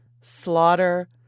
slaughter